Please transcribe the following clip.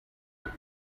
cut